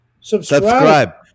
Subscribe